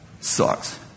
sucks